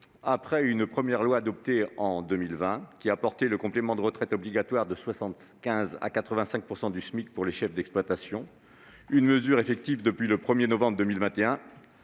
après une première loi adoptée en 2020 qui a porté le complément de retraite obligatoire de 75 % à 85 % du SMIC pour les chefs d'exploitation, mesure effective depuis le 1 novembre 2021,